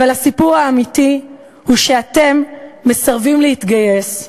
אבל הסיפור האמיתי הוא שאתם מסרבים להתגייס,